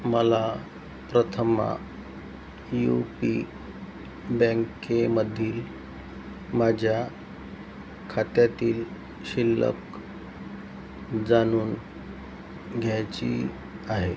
मला प्रथम यूपी बँकेमधील माझ्या खात्यातील शिल्लक जाणून घ्यायची आहे